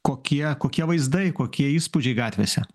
kokie kokie vaizdai kokie įspūdžiai gatvėse